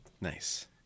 Nice